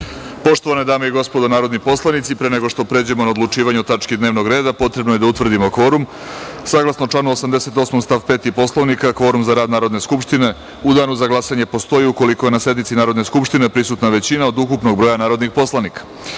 sazivu. Poštovane dame i gospodo narodni poslanici, pre nego što pređemo na odlučivanje o tački dnevnog reda potrebno je da utvrdimo kvorum. Saglasno članu 88. stav 5. Poslovnika, kvorum za rad Narodne skupštine u danu za glasanje postoji ukoliko je na sednici Narodne skupštine prisutna većina od ukupnog broja narodnih poslanika. Molim